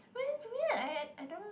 but it's weird I I I don't